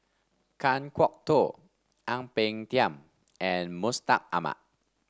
Kan Kwok Toh Ang Peng Tiam and Mustaq Ahmad